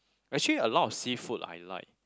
actually a lot of seafood I like